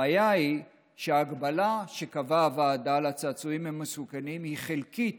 הבעיה היא שההגבלה שקבעה הוועדה לצעצועים המסוכנים היא חלקית